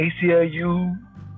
ACLU